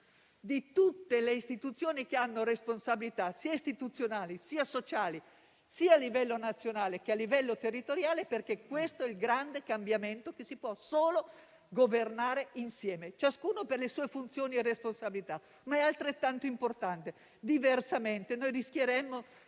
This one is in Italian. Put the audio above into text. di tutte le istituzioni che hanno responsabilità istituzionali e sociali, sia a livello nazionale che a livello territoriale, perché questo è il grande cambiamento che si può solo governare insieme, ciascuno per le sue funzioni e responsabilità, ma è altrettanto importante. Diversamente, anziché